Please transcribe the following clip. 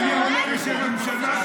אני עונה בשם הממשלה.